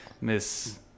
Miss